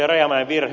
rajamäen virhe